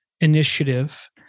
initiative